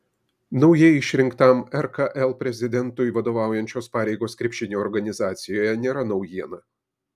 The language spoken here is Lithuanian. naujai išrinktam rkl prezidentui vadovaujančios pareigos krepšinio organizacijoje nėra naujiena